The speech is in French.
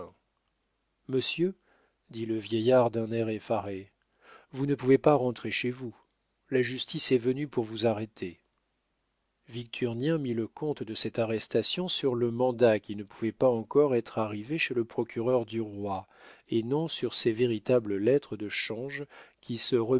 monsieur dit le vieillard d'un air effaré vous ne pouvez pas rentrer chez vous la justice est venue pour vous arrêter victurnien mit le compte de cette arrestation sur le mandat qui ne pouvait pas encore être arrivé chez le procureur du roi et non sur ses véritables lettres de change qui se